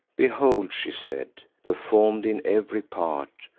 behold, she said, perform'd in ev'ry part,